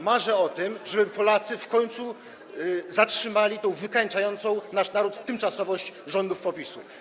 Marzę o tym, żeby Polacy w końcu zatrzymali tę wykańczającą nasz naród tymczasowość rządów PO-PiS-u.